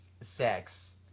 sex